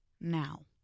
Now